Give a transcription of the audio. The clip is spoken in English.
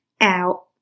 out